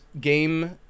game